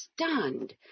stunned